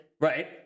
Right